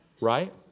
right